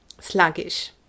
sluggish